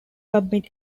submit